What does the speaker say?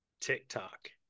TikTok